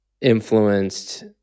influenced